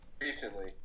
recently